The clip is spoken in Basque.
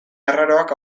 arraroak